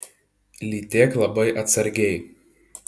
lytėk labai atsargiai